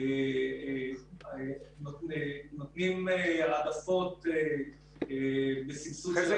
נותנים העדפות בסבסוד --- חזי,